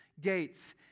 gates